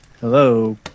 Hello